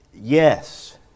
Yes